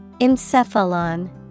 Encephalon